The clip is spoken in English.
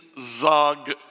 Zog